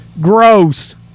Gross